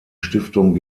stiftung